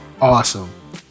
awesome